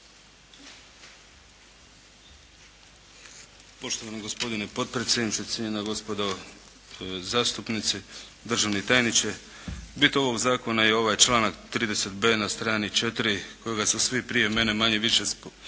Poštovani gospodine potpredsjedniče, cijenjena gospodo zastupnici, državni tajniče. Bit ovog zakona je i ovaj članak 30.b na strani 4 kojega su svi prije mene manje-više citirali,